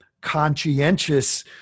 conscientious